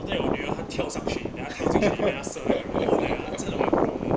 after that 我女儿她跳上去 then 她跳进去 then 她 serve everybody pro eh 她真的玩 pro leh